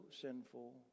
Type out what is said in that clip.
sinful